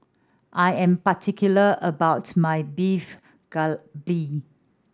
I am particular about my Beef Galbi